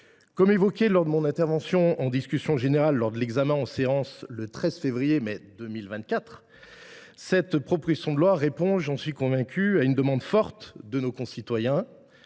l’ai évoqué dans mon intervention en discussion générale lors de l’examen en séance publique le 13 février 2024, cette proposition de loi répond – j’en suis convaincu – à une demande forte de nos concitoyens,